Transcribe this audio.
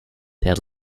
had